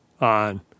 on